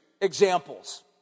Examples